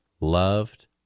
loved